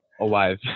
alive